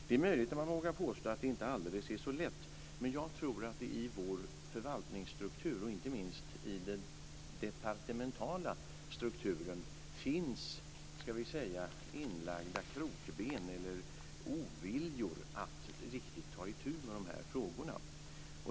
Det är möjligt att man kan påstå att det inte är så alldeles lätt, men jag tror att det i vår förvaltningsstruktur, inte minst i den departementala strukturen finns - låt mig säga så - inlagda krokben eller oviljor att riktigt ta itu med de här frågorna.